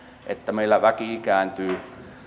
että meillä väki ikääntyy